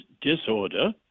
disorder